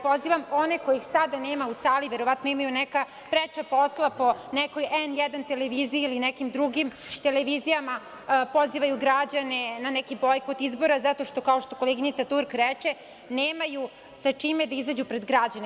Pozivam one, kojih sada nema u sali, verovatno imaju neka preča posla po nekoj N1 televiziji ili nekim drugim televizijama, pozivaju građane na neki bojkot izbora, zato što, kao što koleginica Turk reče, nemaju sa čime da izađu pred građane.